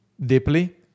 deeply